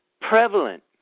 prevalent